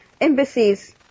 embassies